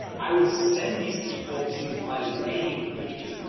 i would send these people to my landing page,